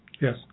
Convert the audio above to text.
Yes